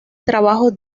trabajos